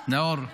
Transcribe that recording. נכון,